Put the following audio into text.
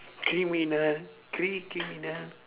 criminal cri~ criminal